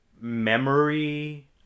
memory